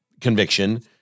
conviction